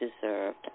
deserved